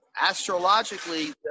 astrologically